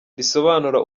risobanura